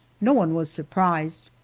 no one was surprised,